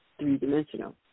three-dimensional